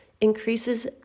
increases